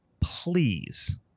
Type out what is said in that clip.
please